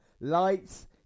Lights